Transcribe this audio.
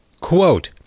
Quote